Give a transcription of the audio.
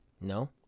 No